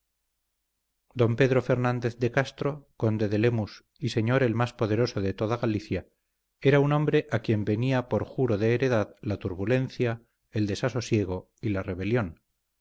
don pedro fernández de castro conde de lemus y señor el más poderoso de toda galicia era un hombre a quien venía por juro de heredad la turbulencia el desasosiego y la rebelión